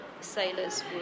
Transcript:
sailors